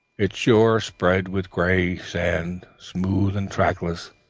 its shore spread with grey sand, smooth and trackless.